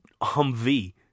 Humvee